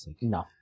No